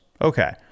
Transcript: okay